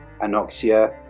anoxia